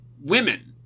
women